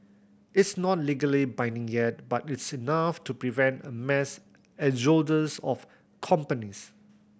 it's not legally binding yet but it's enough to prevent a mass exodus of companies